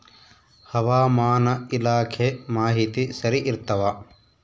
ಹವಾಮಾನ ಇಲಾಖೆ ಮಾಹಿತಿ ಸರಿ ಇರ್ತವ?